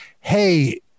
Hey